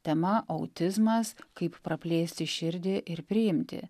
tema autizmas kaip praplėsti širdį ir priimti